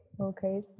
okay